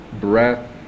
breath